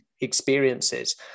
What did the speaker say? experiences